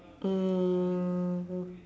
mmhmm